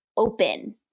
Open